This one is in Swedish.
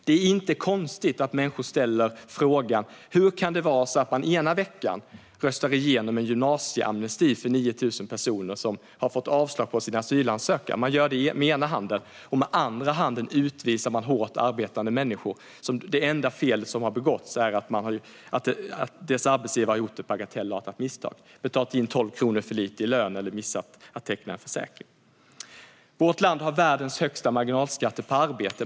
Det är inte konstigt att människor frågar sig hur det kan komma sig att den ena handen röstar igenom en gymnasieamnesti för 9 000 personer som har fått avslag på sin asylansökan och den andra handen utvisar hårt arbetande människor där det enda felet som har begåtts är ett bagatellartat misstag gjort av arbetsgivaren. Det kan handla om att ha betalat in 12 kronor för lite i lön eller att ha missat att teckna en försäkring. Vårt land har världens högsta marginalskatter på arbete.